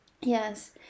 Yes